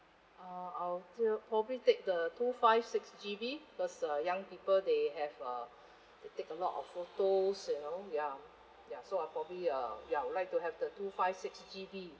(uh)I'll take probably take the two five six G_B cause uh young people they have uh they take a lot of photos you know ya ya so I'll probably uh ya I would like to have the two five six G_B